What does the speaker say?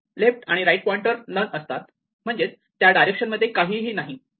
left आणि right pointer none असतात म्हणजेच त्या डायरेक्शन मध्ये काहीही नाही